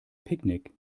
picknick